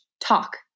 talk